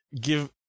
give